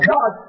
God